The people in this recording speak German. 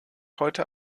heute